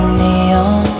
neon